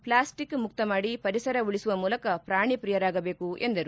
plastic ಮುಕ್ತ ಮಾಡಿ ಪರಿಸರ ಉಳಿಸುವ ಮೂಲಕ ಪ್ರಾಣಿ ಪ್ರಿಯರಾಗಬೇಕು ಎಂದರು